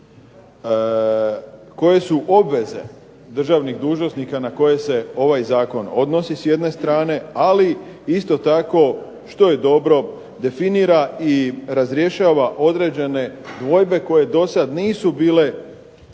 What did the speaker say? koje su obveze državnih dužnosnika na koje se ovaj zakon odnosi s jedne strane, ali isto tako što je dobro, definira i razrješava određene dvojbe koje dosad nisu bile